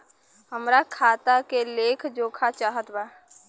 हमरा खाता के लेख जोखा चाहत बा?